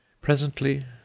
Presently